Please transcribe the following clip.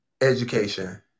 education